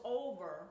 over